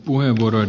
puhemies